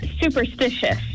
superstitious